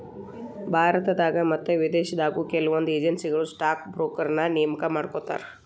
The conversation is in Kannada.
ಭಾರತದಾಗ ಮತ್ತ ವಿದೇಶದಾಗು ಕೆಲವೊಂದ್ ಏಜೆನ್ಸಿಗಳು ಸ್ಟಾಕ್ ಬ್ರೋಕರ್ನ ನೇಮಕಾ ಮಾಡ್ಕೋತಾರ